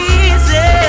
easy